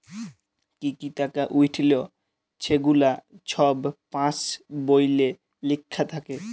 কি কি টাকা উইঠল ছেগুলা ছব পাস্ বইলে লিখ্যা থ্যাকে